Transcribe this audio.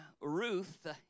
Ruth